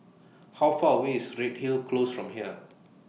How Far away IS Redhill Close from here